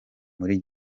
muri